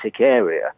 area